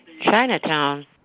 Chinatown